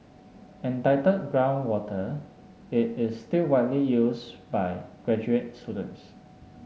entitled Groundwater it is still widely used by graduate students